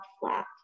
flat